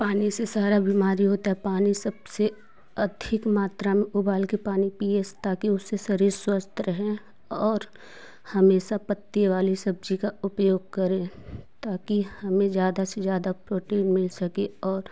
पानी से सारा बीमारी होता है पानी सबसे अधिक मात्रा में उबालकर पानी पियें ताकि उससे शरीर स्वस्थ रहें और हमेशा पत्ते वाली सब्ज़ी का उपयोग करें ताकि हमें ज़्यादा से ज़्यादा प्रोटीन मिल सके और